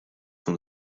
son